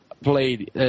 Played